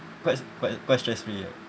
quite quite quite stressful year